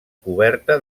coberta